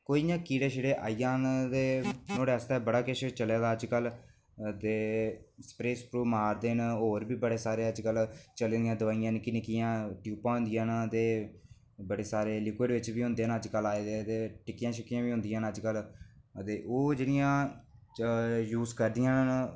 ओह् इंया कीड़े आई जाह्न ते नुहाड़े आस्तै बड़ा किश चले दा अज्जकल ते स्प्रे मारदे न ओह् ते होर बी बड़े सारे अज्जकल चली दियां दवाइयां निक्की निक्कियां ट्यूबां होंदियां न ते बड़े सारे ल्युकर बिच बी होंदे न अज्जकल आए दे ते टिक्कियां बी होंदियां न अज्जकल ते ओह् जेह्ड़ियां यूज़ करदियां न